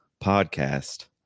podcast